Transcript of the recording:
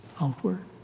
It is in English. outward